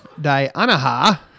Diana